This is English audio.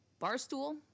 Barstool